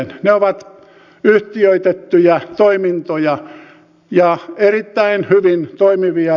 ne ovat yhtiöitettyjä toimintoja ja erittäin hyvin toimivia